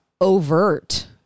overt